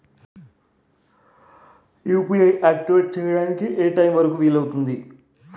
UPI activate చెయ్యడానికి ఏ time వరుకు వీలు అవుతుంది?